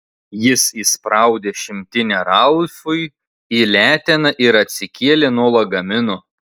jis įspraudė šimtinę ralfui į leteną ir atsikėlė nuo lagamino